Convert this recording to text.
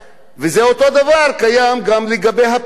אותו הדבר קיים גם לגבי הפריפריה.